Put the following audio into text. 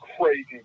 crazy